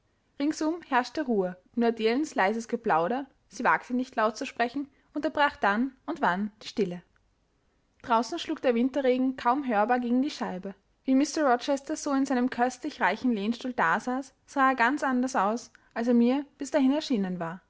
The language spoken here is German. ringsum herrschte ruhe nur adelens leises geplauder sie wagte nicht laut zu sprechen unterbrach dann und wann die stille draußen schlug der winterregen kaum hörbar gegen die scheiben wie mr rochester so in seinem köstlich reichen lehnstuhl dasaß sah er ganz anders aus als er mir bis dahin erschienen war